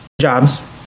jobs